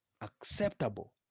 acceptable